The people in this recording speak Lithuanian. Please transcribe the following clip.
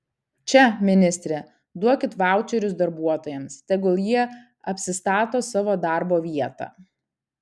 čia ministre duokit vaučerius darbuotojams tegul jie apsistato savo darbo vietą